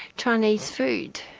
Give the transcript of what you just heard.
chinese food.